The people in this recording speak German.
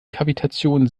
kavitation